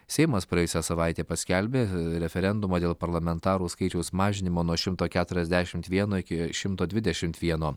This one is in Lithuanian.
seimas praėjusią savaitę paskelbė referendumą dėl parlamentarų skaičiaus mažinimo nuo šimto keturiasdešimt vieno iki šimto dvidešimt vieno